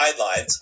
guidelines